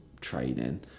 training